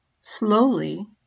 Slowly